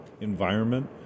environment